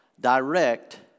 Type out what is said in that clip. direct